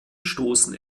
stoßen